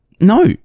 no